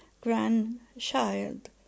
grandchild